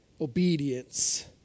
obedience